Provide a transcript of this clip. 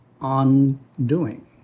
on-doing